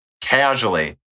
casually